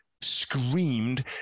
screamed